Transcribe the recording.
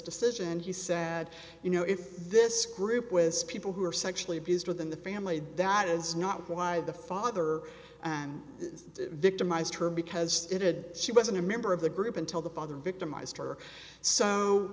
decision he said you know if this group with people who are sexually abused within the family that is not why the father and victimized her because it'd she wasn't a member of the group until the father victimized her so